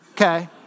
Okay